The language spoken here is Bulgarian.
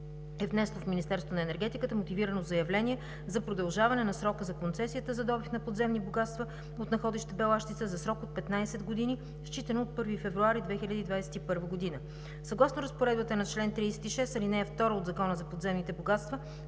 е внесло в Министерството на енергетиката мотивирано заявление за продължаване на срока за концесията за добив на подземни богатства от находище Белащица за срок от 15 години, считано от първи февруари 2021 г. Съгласно разпоредбата на чл. 36, ал. 2 от Закона за подземните богатства,